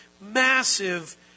massive